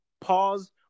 Pause